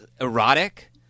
erotic